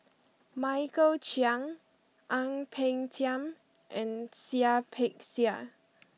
Michael Chiang Ang Peng Tiam and Seah Peck Seah